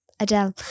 Adele